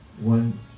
one